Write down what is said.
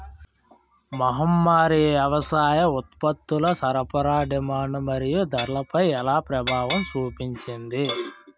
మహమ్మారి వ్యవసాయ ఉత్పత్తుల సరఫరా డిమాండ్ మరియు ధరలపై ఎలా ప్రభావం చూపింది?